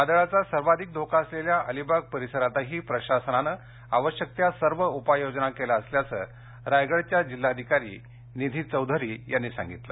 वादळाचा सर्वाधिक धोका असलेल्या अलिबाग परिसरातही प्रशासनानं आवश्यक त्या सर्व उपाययोजना केल्या असल्याचं रायगडच्या जिल्हाधिकारी निधी चौधरी यांनी सांगितलं